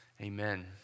Amen